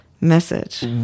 message